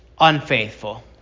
unfaithful